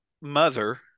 mother